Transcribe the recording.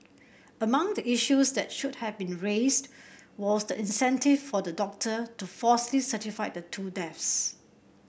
among the issues that should have been raised was the incentive for the doctor to falsely certify the two deaths